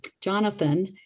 Jonathan